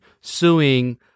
suing